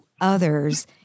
others